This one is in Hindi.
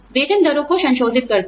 वेतन दरों को संशोधित करता है